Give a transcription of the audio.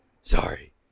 sorry